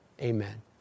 amen